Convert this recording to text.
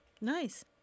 nice